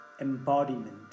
embodiment